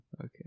Okay